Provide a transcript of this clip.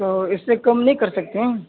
تو اس سے کم نہیں کر سکتے ہیں